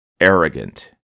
arrogant